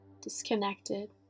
disconnected